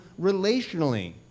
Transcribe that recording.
relationally